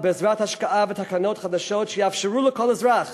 ובעזרת השקעה ותקנות חדשות שיאפשרו לכל אזרח